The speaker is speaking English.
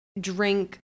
drink